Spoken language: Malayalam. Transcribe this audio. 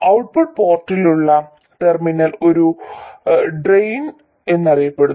ഔട്ട്പുട്ട് പോർട്ടിനുള്ള ടെർമിനൽ ഇത് ഡ്രയിൻ എന്നറിയപ്പെടുന്നു